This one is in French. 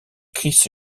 chris